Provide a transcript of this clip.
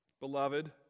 beloved